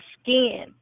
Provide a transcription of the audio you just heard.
skin